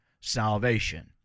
salvation